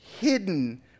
hidden